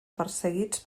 perseguits